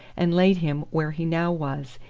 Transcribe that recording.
and laid him where he now was,